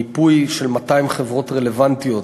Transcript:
מיפוי של 200 חברות רלוונטיות